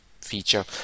feature